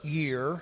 year